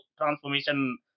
transformation